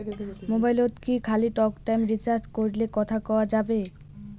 মোবাইলত কি খালি টকটাইম রিচার্জ করিলে কথা কয়া যাবে?